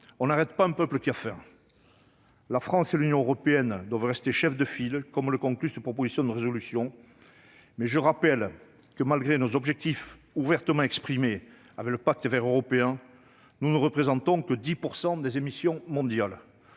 On n'arrête pas un peuple qui a faim ! La France et l'Union européenne doivent rester chefs de file, comme le conclut cette proposition de résolution. Je rappelle cependant que, malgré les objectifs que nous avons ouvertement exprimés à travers le pacte Vert européen, nous ne représentons que 10 % des émissions mondiales.